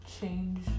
change